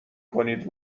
کنید